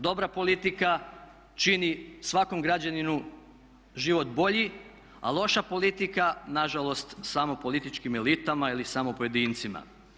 Dobra politika čini svakom građaninu život bolji, a loša politika na žalost samo političkim elitama ili samo pojedincima.